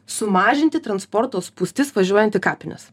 sumažinti transporto spūstis važiuojant į kapines